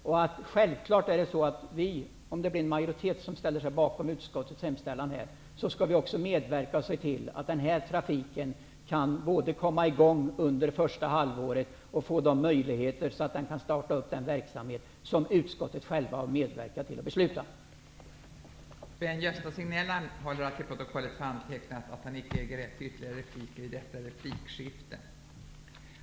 Om en majoritet kommer att ställa sig bakom utskottets hemställan, kommer vi sjävfallet att medverka till att trafiken kan komma i gång under det första halvåret, och i övrigt startas den verksamhet som utskottet självt har beslutat om.